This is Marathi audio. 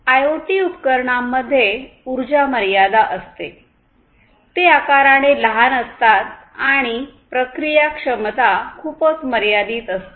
आयओटी उपकरणांमध्ये ऊर्जा मर्यादा असते ते आकाराने लहान असतात आणि प्रक्रिया क्षमता खूपच मर्यादित असते